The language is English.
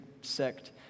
sect